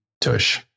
tush